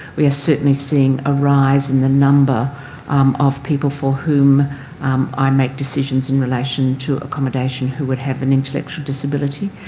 we are certainly seeing a rise in the number of people for whom i make decisions in relation to accommodation who would have an intellectual disability.